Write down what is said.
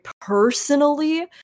personally